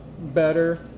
better